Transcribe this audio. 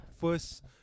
first